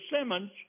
simmons